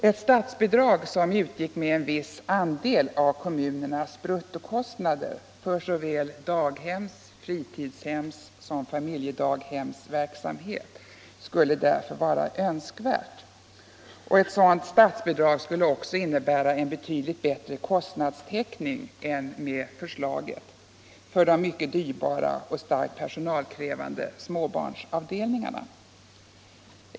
Ett statsbidrag som utgick med en viss andel av kommunernas bruttokostnader för såväl daghems och fritidshems som familjedaghemsverksamheten vore därför önskvärt. Ett sådant statsbidrag skulle också innebära en betydligt bättre kostnadstäckning för de mycket dyrbara och starkt personalkrävande småbarnsavdelningarna.